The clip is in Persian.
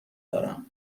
دارم